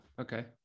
Okay